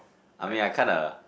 I mean I kinda